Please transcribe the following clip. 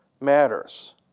matters